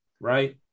right